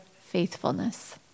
faithfulness